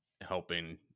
helping